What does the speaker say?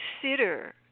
consider